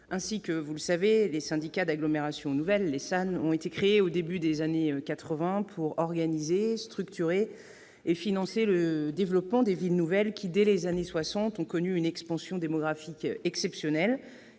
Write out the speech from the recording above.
sénateurs, vous le savez, les syndicats d'agglomération nouvelle, les SAN, ont été créés au début des années 80, pour organiser, structurer et financer le développement des villes nouvelles, lesquelles, dès les années 60, ont connu une expansion démographique exceptionnelle,